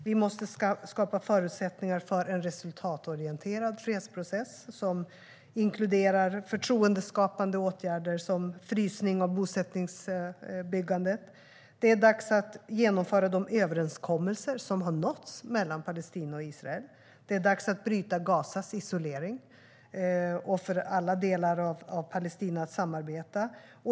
Vi måste skapa förutsättningar för en resultatorienterad fredsprocess, som inkluderar förtroendeskapande åtgärder som en frysning av bosättningsbyggandet. Det är dags att genomföra de överenskommelser som har nåtts mellan Palestina och Israel. Det är dags att bryta Gazas isolering och för alla delar av Palestina att samarbeta.